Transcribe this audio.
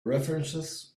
references